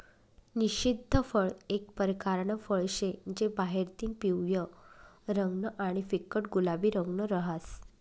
निषिद्ध फळ एक परकारनं फळ शे जे बाहेरतीन पिवयं रंगनं आणि फिक्कट गुलाबी रंगनं रहास